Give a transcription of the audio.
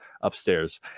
upstairs